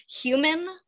human